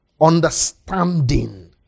understanding